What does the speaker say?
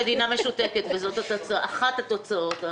כי זה בית הספר המוביל בארץ למלונאות ולתיירות.